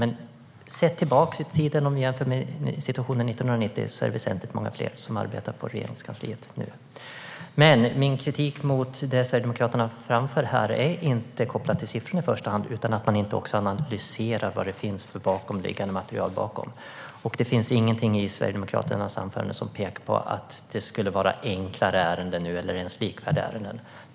Men sett tillbaka i tiden, om vi jämför med 1990, är det väsentligt många fler som arbetar på Regeringskansliet nu. Min kritik mot det Sverigedemokraterna framför här är dock inte kopplad till siffrorna i första hand utan till att man inte analyserar det bakomliggande material som finns. Ingenting i Sverigedemokraternas anförande pekar på att ärendena skulle vara enklare nu eller ens likvärdiga.